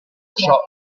ciò